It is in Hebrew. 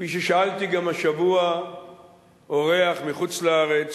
כפי ששאלתי גם השבוע אורח מחוץ-לארץ,